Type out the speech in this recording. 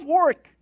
work